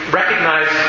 recognize